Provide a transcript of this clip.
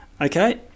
Okay